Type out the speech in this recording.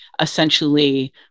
essentially